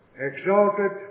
exalted